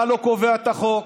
אתה לא קובע את החוק,